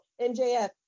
MJF